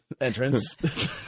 entrance